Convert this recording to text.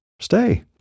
stay